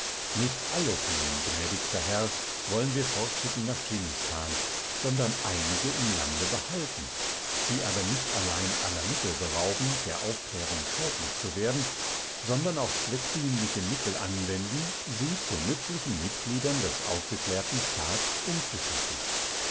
nicht alle feen gnädigster herr wollen wir fortschicken nach dschinnistan sondern einige im lande behalten sie aber nicht allein aller mittel berauben der aufklärung schädlich zu werden sondern auch zweckdienliche mittel anwenden sie zu nützlichen mitgliedern des aufgeklärten staats umzuschaffen